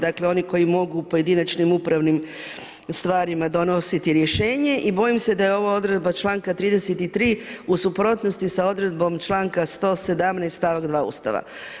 Dakle, oni koji mogu pojedinačnim upravnim stvarima donositi rješenje i bojim se da je ova odredba članka 33. u suprotnosti sa odredbom članka 117. stavak 2. Ustava.